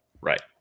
Right